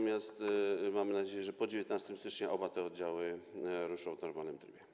Mam nadzieję, że po 19 stycznia oba te oddziały ruszą w normalnym trybie.